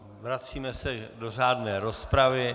Vracíme se do řádné rozpravy.